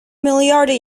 miljarden